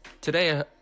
today